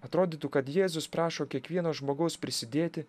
atrodytų kad jėzus prašo kiekvieno žmogaus prisidėti